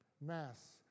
mass